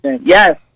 Yes